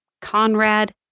Conrad